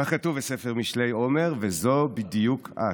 כך כתוב בספר משלי, עומר, וזו בדיוק את.